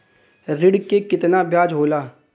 ऋण के कितना ब्याज होला?